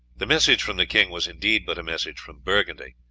the message from the king was indeed but a message from burgundy,